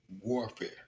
warfare